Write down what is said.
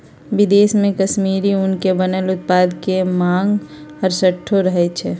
विदेश में कश्मीरी ऊन से बनल उत्पाद के मांग हरसठ्ठो रहइ छै